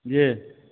जी